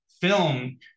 film